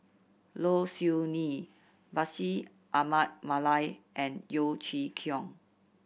Low Siew Nghee Bashir Ahmad Mallal and Yeo Chee Kiong